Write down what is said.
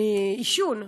מתים מעישון,